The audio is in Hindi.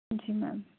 जी मेम